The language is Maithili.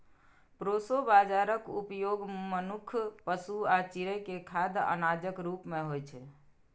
प्रोसो बाजाराक उपयोग मनुक्ख, पशु आ चिड़ै के खाद्य अनाजक रूप मे होइ छै